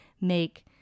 make